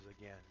again